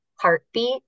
heartbeat